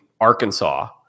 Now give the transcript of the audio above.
Arkansas